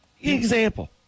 Example